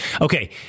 Okay